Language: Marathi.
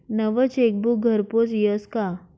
नवं चेकबुक घरपोच यस का?